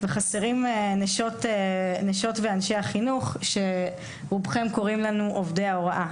וחסרים נשות ואנשי החינוך שרובכם קוראים לנו "עובדי ההוראה",